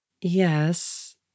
Yes